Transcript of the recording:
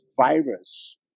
virus